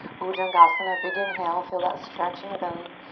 bhujangasana. big inhale, feel that stretch in the belly.